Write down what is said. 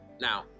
Now